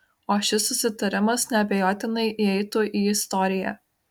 o šis susitarimas neabejotinai įeitų į istoriją